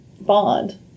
bond